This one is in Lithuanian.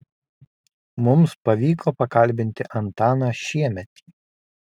mums pavyko pakalbinti antaną šiemetį